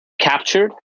captured